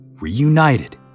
reunited